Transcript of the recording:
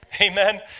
Amen